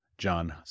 John